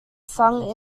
sung